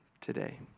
today